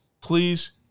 please